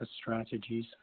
strategies